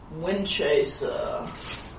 Windchaser